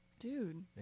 Dude